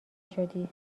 شدی